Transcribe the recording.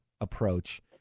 approach